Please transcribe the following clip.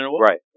right